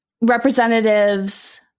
representatives